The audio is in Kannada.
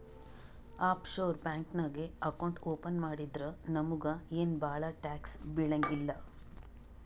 ಆಫ್ ಶೋರ್ ಬ್ಯಾಂಕ್ ನಾಗ್ ಅಕೌಂಟ್ ಓಪನ್ ಮಾಡಿದ್ರ ನಮುಗ ಏನ್ ಭಾಳ ಟ್ಯಾಕ್ಸ್ ಬೀಳಂಗಿಲ್ಲ